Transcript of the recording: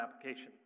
application